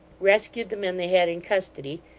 rescued the men they had in custody,